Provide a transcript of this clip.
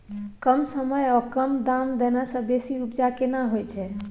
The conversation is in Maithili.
कम समय ओ कम खाद देने से बेसी उपजा केना होय छै?